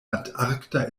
antarkta